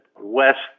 West